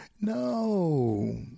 No